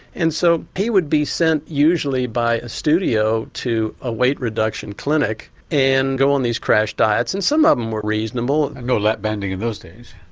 and so he would be sent, usually by a studio, to a weight reduction clinic and go on these crash diets and some of them were reasonable. no lap banding in those days?